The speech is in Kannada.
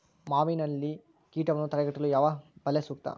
ಮಾವಿನಹಣ್ಣಿನಲ್ಲಿ ಕೇಟವನ್ನು ತಡೆಗಟ್ಟಲು ಯಾವ ಬಲೆ ಸೂಕ್ತ?